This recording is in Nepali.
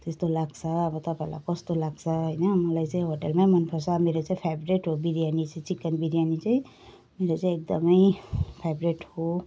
त्यस्तो लाग्छ अब तपाईँलाई कस्तो लाग्छ हैन मलाई चाहिँ होटेलमै मन पर्छ मेरो चाहिँ फेभरेट हो बिरयानी चाहिँ चिकन बिरयानी चाहिँ मेरो चाहिँ एकदमै फेभरेट हो